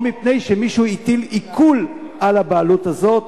או מפני שמישהו הטיל עיקול על הבעלות הזאת,